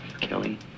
kelly